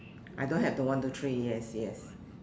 I don't have the one two three yes yes